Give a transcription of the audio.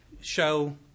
show